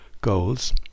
goals